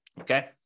okay